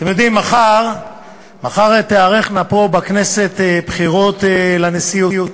אתם יודעים, מחר תיערכנה פה בכנסת בחירות לנשיאות,